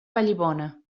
vallibona